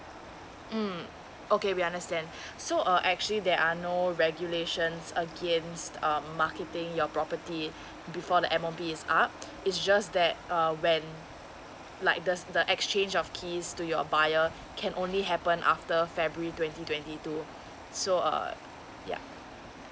mm okay we understand so uh actually there are no regulations against um marketing your property before the M_O_P is up it's just that uh when like thus the exchange of keys to your buyer can only happened after february twenty twenty two so uh yeah